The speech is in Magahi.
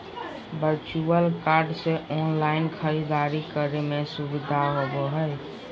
वर्चुअल कार्ड से ऑनलाइन खरीदारी करे में सुबधा होबो हइ